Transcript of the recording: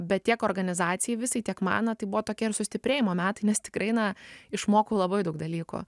bet tiek organizacijai visai tiek man na tai buvo tokie ir sustiprėjimo metai nes tikrai na išmokau labai daug dalykų